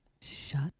Shut